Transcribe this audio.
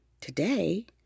Today